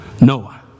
Noah